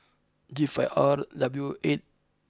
G five R W eight